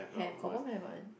have confirm have [one]